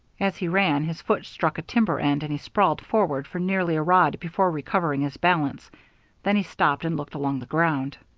as he ran, his foot struck a timber-end, and he sprawled forward for nearly a rod before recovering his balance then he stopped and looked along the ground.